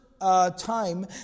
time